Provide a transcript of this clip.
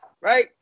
right